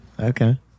Okay